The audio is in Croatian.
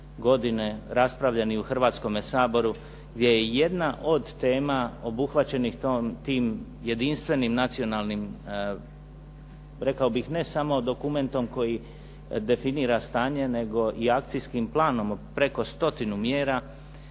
godine, raspravljen i u Hrvatskom saboru, gdje je jedna od tema obuhvaćenih tim jedinstvenim nacionalnim rekao bih ne samo dokumentom koji definira stanje, nego i akcijskim planom preko stotinu mjera,